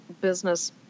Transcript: business